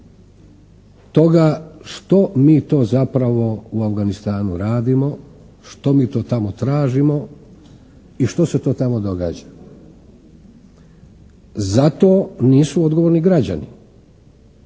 toga što mi to zapravo u Afganistanu radimo? Što mi to tamo tražimo? I što se to tamo događa? Za to nisu odgovorni građani.